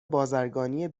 بازرگانی